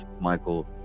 Michael